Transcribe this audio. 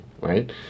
right